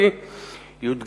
לשאול: